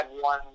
one